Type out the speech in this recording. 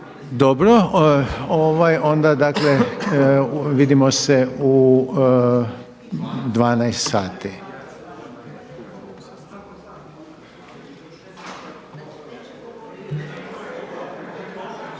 Dobro, onda dakle vidimo se u 12,00 sati.